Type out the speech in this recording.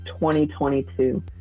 2022